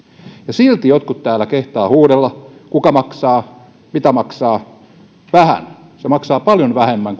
silti jotkut täällä kehtaavat huudella kuka maksaa mitä maksaa se maksaa paljon vähemmän